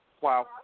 Wow